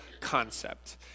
concept